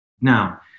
Now